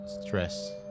stress